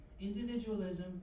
individualism